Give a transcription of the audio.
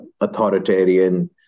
authoritarian